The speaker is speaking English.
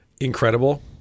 incredible